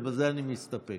ובזה אני מסתפק.